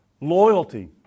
loyalty